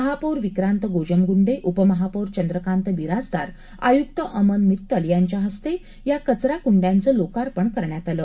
महापौर विक्रांत गोजमगुंडेउपमहापौर चंद्रकांत बिराजदारआयुक्त अमन मित्तल यांच्या हस्ते या कचराकुंडयाचं लोकार्पण करण्यात आलं